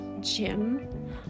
gym